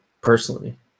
personally